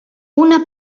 una